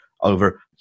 over